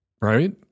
right